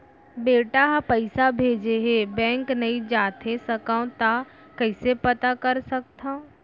बेटा ह पइसा भेजे हे बैंक नई जाथे सकंव त कइसे पता कर सकथव?